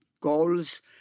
goals